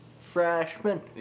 Freshman